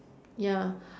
ya